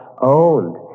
owned